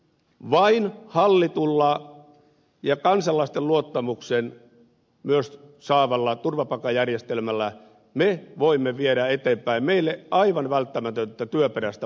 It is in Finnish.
vain hallitulla ja myös kansalaisten luottamuksen saavalla turvapaikkajärjestelmällä me voimme viedä eteenpäin meille aivan välttämätöntä työperäistä maahanmuuttoa